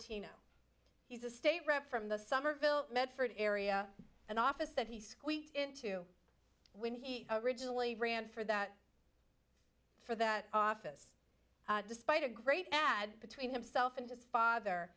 tino he's a state rep from the somerville medford area an office that he squeaked in to when he originally ran for that for that office despite a great ad between himself and his father